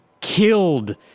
killed